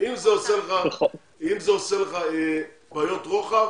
אם זה עושה לך בעיות רוחב,